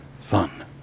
fun